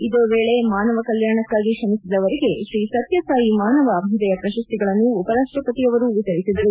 ಇದೇ ವೇಳಿ ಮಾನವ ಕಲ್ಯಾಣಕ್ಕಾಗಿ ಶ್ರಮಿಸಿದವರಿಗೆ ಶ್ರೀ ಸತ್ಯಸಾಯಿ ಮಾನವ ಅಭ್ಯುದಯ ಪ್ರಶಸ್ತಿಗಳನ್ನು ಉಪರಾಷ್ಟ ಪತಿಯವರು ವಿತರಿಸಿದರು